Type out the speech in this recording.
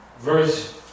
verse